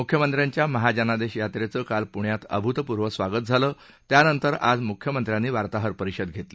मुख्यमंत्र्यांच्या महाजनादेश यात्रेचं काल पृण्यात अभुतपूर्व स्वागत झालं त्यानंतर आज म्ख्यमंत्र्यानी वार्ताहर परिषद घेतली